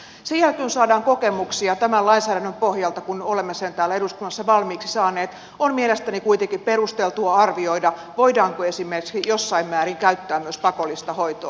sen jälkeen kun saadaan kokemuksia tämän lainsäädännön pohjalta kun olemme sen täällä eduskunnassa valmiiksi saaneet on mielestäni kuitenkin perusteltua arvioida voidaanko esimerkiksi jossain määrin käyttää myös pakollista hoitoa